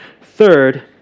Third